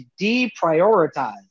deprioritize